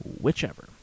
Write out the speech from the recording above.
whichever